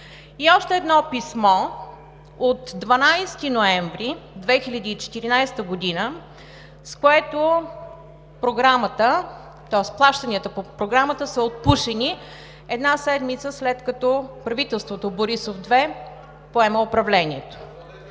И още едно писмо от 12 ноември 2014 г., с което плащанията по Програмата са отпушени една седмица след като правителството Борисов 2 поема управлението.